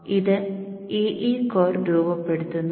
ഇത് E E core രൂപപ്പെടുത്തുന്നു